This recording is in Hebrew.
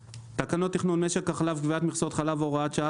תקנות תכנון משק החלב (קביעת מכסות חלב) (הוראת שעה),